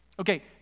Okay